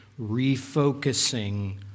refocusing